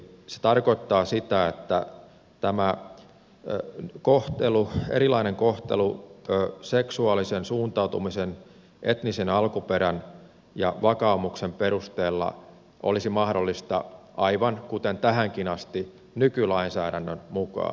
se tarkoittaa sitä että erilainen kohtelu seksuaalisen suuntautumisen etnisen alkuperän ja vakaumuksen perusteella olisi mahdollista aivan kuten tähänkin asti nykylainsäädännön mukaan